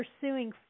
pursuing